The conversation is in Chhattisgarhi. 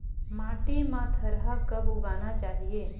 माटी मा थरहा कब उगाना चाहिए?